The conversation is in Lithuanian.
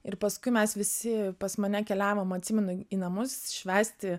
ir paskui mes visi pas mane keliavom atsimenu į namus švęsti